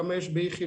כמה יש באיכילוב.